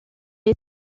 est